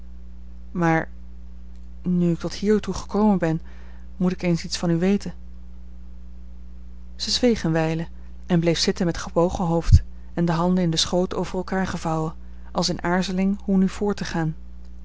maar nu ik tot hiertoe gekomen ben moet ik eens iets van u weten zij zweeg eene wijle en bleef zitten met gebogen hoofd en de handen in den schoot over elkaar gevouwen als in aarzeling hoe nu voort te gaan